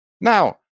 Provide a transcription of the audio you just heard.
Now